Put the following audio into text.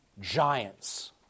giants